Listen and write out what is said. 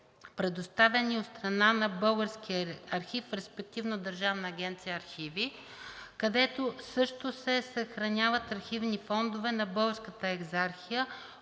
предоставени от страна на българския архив, респективно Държавна агенция „Архиви“, където също се съхраняват архивни фондове на Българската екзархия